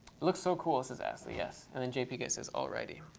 looks so cool, says asley, yes. and then jpguy says, alrighty.